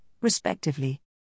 respectively